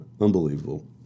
Unbelievable